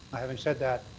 having said that,